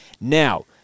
Now